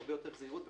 יותר זהירות ועוד.